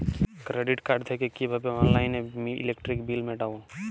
Credit card থেকে কিভাবে অনলাইনে ইলেকট্রিক বিল মেটাবো?